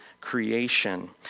creation